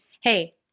Hey